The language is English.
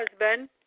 husband